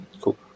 Cool